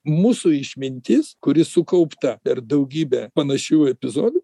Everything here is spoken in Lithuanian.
mūsų išmintis kuri sukaupta per daugybę panašių epizodų